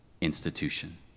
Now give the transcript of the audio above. institution